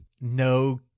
No